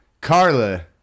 Carla